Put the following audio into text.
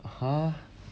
!huh!